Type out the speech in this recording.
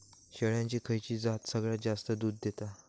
शेळ्यांची खयची जात सगळ्यात जास्त दूध देता?